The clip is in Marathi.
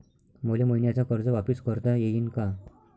मले मईन्याचं कर्ज वापिस करता येईन का?